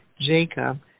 Jacob